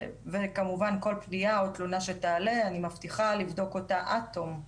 וכמובן כל פנייה או תלונה שתעלה אני מבטיחה לבדוק אותה עד תום,